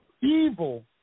evil